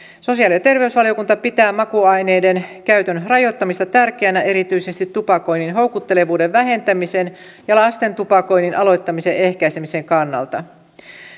sosiaali ja terveysvaliokunta pitää makuaineiden käytön rajoittamista tärkeänä erityisesti tupakoinnin houkuttelevuuden vähentämisen ja lasten tupakoinnin aloittamisen ehkäisemisen kannalta